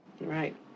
Right